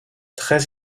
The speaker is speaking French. très